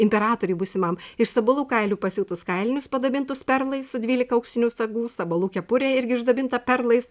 imperatoriui būsimam iš sabalų kailių pasiūtus kailinius padabintus perlais su dvylika auksinių sagų sabalų kepurė irgi išdabinta perlais